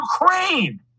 Ukraine